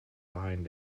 behind